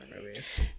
movies